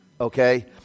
okay